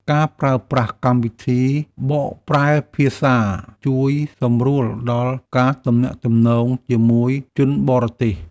ការប្រើប្រាស់កម្មវិធីបកប្រែភាសា ជួយសម្រួលដល់ការទំនាក់ទំនងជាមួយជនបរទេស។